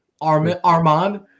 Armand